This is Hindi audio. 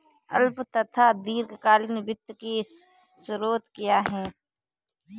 अल्पकालीन तथा दीर्घकालीन वित्त के स्रोत क्या हैं?